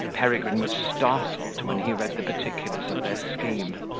peregrine was startled when he read the particulars of their scheme,